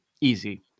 easy